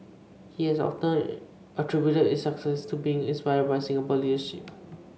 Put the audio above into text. he has often attributed its success to being inspired by Singapore leadership